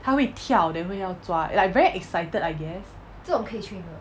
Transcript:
它会跳 then 会要抓 like very excited I guess